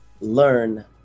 learn